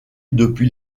depuis